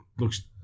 looks